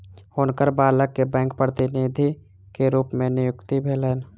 हुनकर बालक के बैंक प्रतिनिधि के रूप में नियुक्ति भेलैन